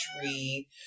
tree